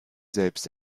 selbst